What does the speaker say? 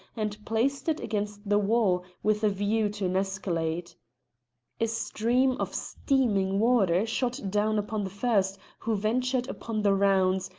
and placed it against the wall, with a view to an escalade. a stream of steaming water shot down upon the first who ventured upon the rounds,